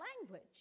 language